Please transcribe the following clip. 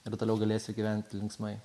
ir toliau galėsiu gyventi linksmai